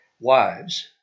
Wives